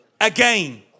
again